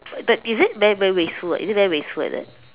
but is it very very wasteful or is it very wasteful like that